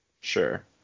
Sure